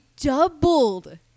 doubled